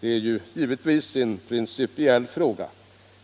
Det är givetvis en principiell fråga.